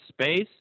space